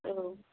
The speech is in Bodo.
औ